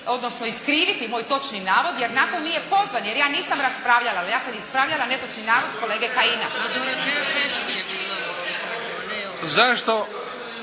odnosno iskriviti moj točni navod jer na to nije pozvan, jer ja nisam raspravljala. Ja sam ispravljala netočni navod kolege Kajina.